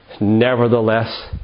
Nevertheless